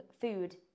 food